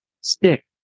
stick